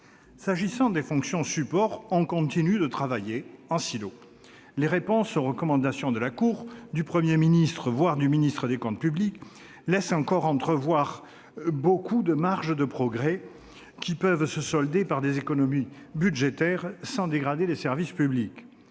S'agissant des fonctions support, on continue de travailler en silos. Les réponses aux recommandations de la Cour du Premier ministre, voire du ministre de l'action et des comptes publics laissent encore entrevoir beaucoup de marge de progrès qui permettraient des économies budgétaires sans dégrader les services publics.